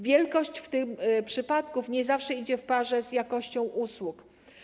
Wielkość w tym przypadku nie zawsze idzie w parze z jakością usług.